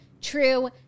True